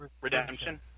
Redemption